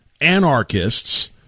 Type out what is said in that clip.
anarchists